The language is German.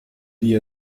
die